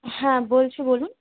হ্যাঁ বলছি বলুন